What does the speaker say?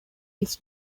his